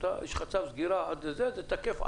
יש לך צו סגירה והוא תקף.